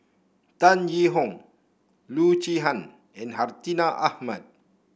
Tan Yee Hong Loo Zihan and Hartinah Ahmad